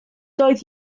doedd